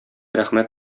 рәхмәт